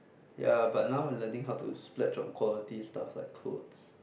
ya but now I learning how to splurge on quality stuff like clothes